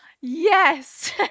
yes